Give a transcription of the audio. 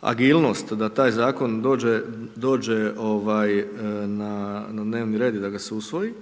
agilnost da taj Zakon dođe, dođe ovaj, na dnevni red i da ga se usvoji,